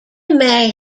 may